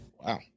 Wow